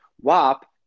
WAP